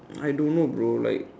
I don't know bro like